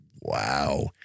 wow